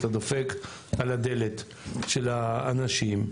אתה דופק על הדלת של האנשים.